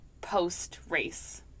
post-race